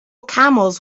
camels